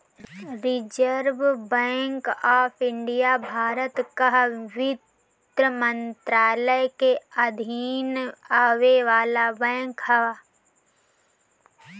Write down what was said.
reserve bank of India Bharat कअ वित्त मंत्रालय के अधीन आवे वाला बैंक हअ